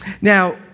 Now